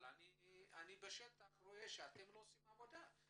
אבל בכל זאת אני רואה בשטח שאתם לא עושים עבודה.